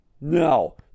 No